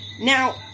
now